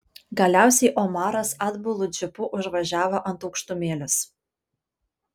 galiausiai omaras atbulu džipu užvažiavo ant aukštumėlės